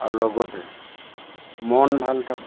আৰু লগতে মন ভাল থাক